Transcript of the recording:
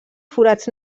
forats